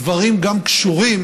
הדברים גם קשורים